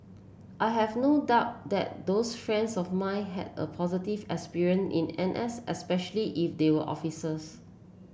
I have no doubt that those friends of mine had a positive experience in N S especially if they were officers